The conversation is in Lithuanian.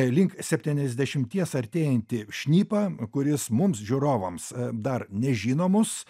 link septyniasdešimies artėjantį šnipą kuris mums žiūrovams dar nežinomus